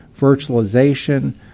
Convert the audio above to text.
virtualization